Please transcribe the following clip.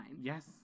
Yes